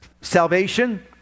salvation